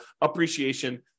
appreciation